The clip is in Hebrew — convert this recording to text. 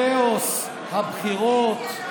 קואליציית הכאוס, הבחירות,